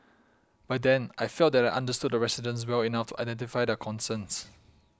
by then I felt that I understood the residents well enough to identify their concerns